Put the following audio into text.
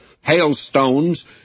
Hailstones